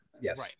Yes